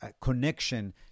connection